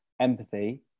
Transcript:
empathy